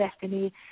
Destiny